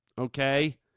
okay